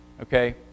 Okay